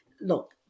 Look